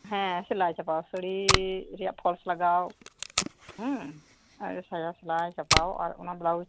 ᱦᱮᱸ ᱥᱮᱞᱟᱭ ᱪᱟᱵᱟ ᱥᱟᱲᱤ ᱨᱮᱭᱟᱜ ᱯᱷᱚᱞᱥ ᱞᱟᱜᱟᱣ ᱦᱮᱸ ᱟᱨ ᱥᱟᱭᱟ ᱥᱮᱞᱟᱭ ᱪᱟᱯᱟᱣ ᱟᱨ ᱚᱱᱟ ᱵᱞᱟᱣᱩᱡ